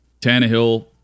Tannehill